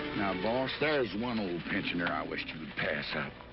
boss, there's one old pensioner. i wish you'd pass up.